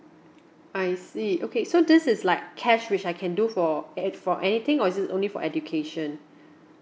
I see okay so this is like cash which I can do for ev~ for anything or is it only for education